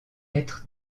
être